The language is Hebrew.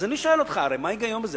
אז אני שואל אותך, הרי מה ההיגיון בזה?